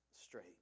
straight